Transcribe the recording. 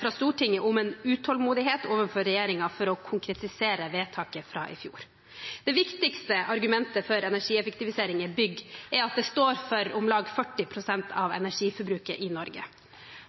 fra Stortinget om en utålmodighet overfor regjeringen, for å konkretisere vedtaket fra i fjor. Det viktigste argumentet for energieffektivisering i bygg er at det står for om lag 40 pst. av energiforbruket i Norge.